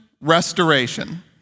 restoration